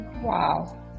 Wow